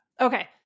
Okay